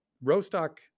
Rostock